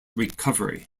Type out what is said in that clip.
recovery